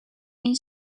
این